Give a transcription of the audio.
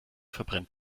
verbrennt